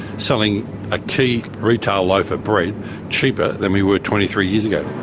selling a key retail loaf of bread cheaper than we were twenty three years ago.